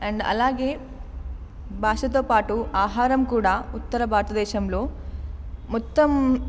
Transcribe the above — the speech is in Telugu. అండ్ అలాగే భాషతో పాటు ఆహారం కూడా ఉత్తర భారతదేశంలో మొత్తం